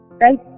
Right